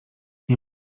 nie